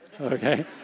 okay